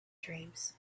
dreams